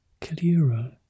clearer